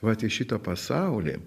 vat į šito pasaulį